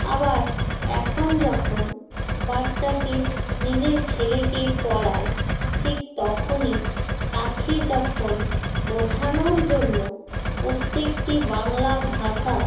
আবার এখন যখন বাচ্চাকে নিজের ছেলেকে পড়ায় ঠিক তখনই তাখে যখন বোঝানোর জন্য প্রত্যেকটি বাংলা ভাষা